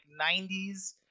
90s